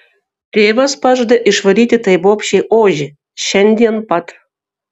tėvas pažada išvaryti tai bobšei ožį šiandien pat